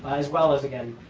as well as, again,